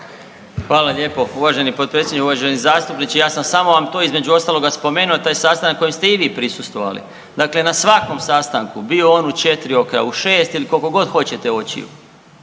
Hvala lijepo uvaženi potpredsjedniče. Uvaženi zastupniče, ja sam samo vam to između ostaloga spomenuo taj sastanak kojem ste i vi prisustvovali, dakle na svakom sastanku bio on u četiri oka u šest ili kolikogod hoćete očiju